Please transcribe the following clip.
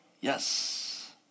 Yes